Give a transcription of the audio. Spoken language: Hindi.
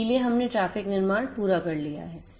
इसलिए हमने ट्रैफ़िक निर्माण पूरा कर लिया है